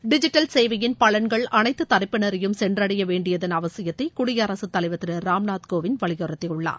digital சேவையின் பலன்கள் அனைத்து தரப்பினரையும் சென்றடையவேண்டியதன் அவசியத்தை குடியரசுத்தலைவர் திரு ராம்நாத் கோவிந்த் வலியுறுத்தியுள்ளார்